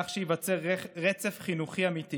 כך שייווצר רצף חינוכי אמיתי